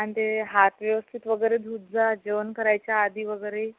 आणि ते हात व्यवस्थित वगैरे धूत जा जेवण करायच्या आधी वगैरे